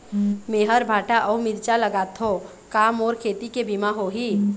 मेहर भांटा अऊ मिरचा लगाथो का मोर खेती के बीमा होही?